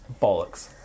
bollocks